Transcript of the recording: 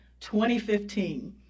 2015